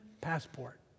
passport